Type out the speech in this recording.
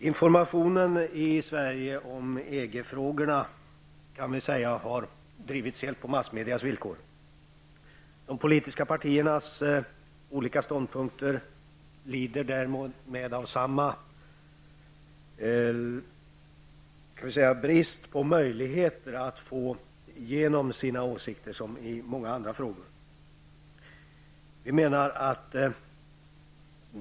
Herr talman! Informationen i Sverige om EG frågorna kan sägas ha drivits helt på massmediernas villkor. De politiska partierna har därför här samma svårigheter att vinna gehör för sina ståndpunkter som när det gäller många andra frågor.